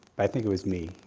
i think it's me.